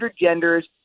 genders